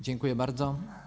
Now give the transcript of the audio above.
Dziękuję bardzo.